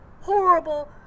horrible